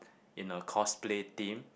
in a cosplay theme